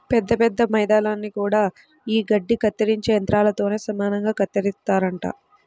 పెద్ద పెద్ద మైదానాల్ని గూడా యీ గడ్డి కత్తిరించే యంత్రాలతోనే సమానంగా కత్తిరిత్తారంట